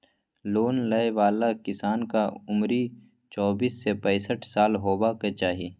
loan लय बला किसानक उमरि चौबीस सँ पैसठ साल हेबाक चाही